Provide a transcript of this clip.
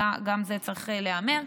גם זה צריך להיאמר.